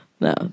No